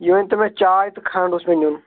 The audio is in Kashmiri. یہِ ؤنتو مےٚ چاے تہٕ کھنڈ اوس مےٚ نِیُن